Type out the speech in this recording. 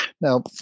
Now